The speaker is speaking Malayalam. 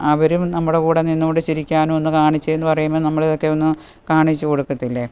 അവരും നമ്മുടെ കൂടെ നിന്നുകൊണ്ട് ചിരിക്കാനും ഒന്ന് കാണിച്ചേന്ന് പറയുമ്പോള് നമ്മളിതൊയൊക്കെയൊന്ന് കാണിച്ചു കൊടുക്കത്തില്ലേ